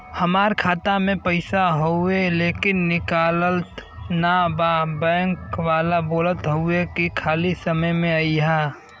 हमार खाता में पैसा हवुवे लेकिन निकलत ना बा बैंक वाला बोलत हऊवे की खाली समय में अईहा